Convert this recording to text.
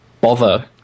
bother